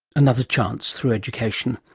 another chance, through education.